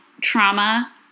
trauma